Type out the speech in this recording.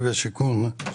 והשיכון.